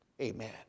amen